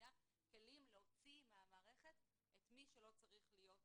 המידע להוציא מהמערכת את מי שלא צריך להיות במערכת.